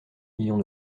millions